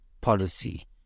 policy